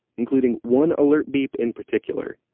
including one alert beep in particular,